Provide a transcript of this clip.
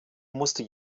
musste